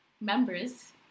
members